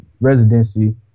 residency